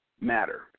matter